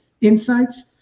insights